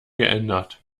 geändert